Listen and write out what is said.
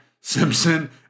Simpson